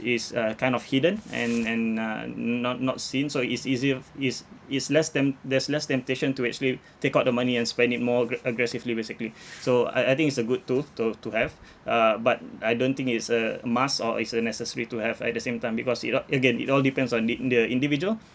is uh kind of hidden and and uh n~ not not seen so it's easier is is less tem~ there's less temptation to actually take out the money and spend it more gre~ aggressively basically so I I think it's a good tool to to have uh but I don't think it's a must or it's a necessary to have at the same time because it all again it all depends on the in the individual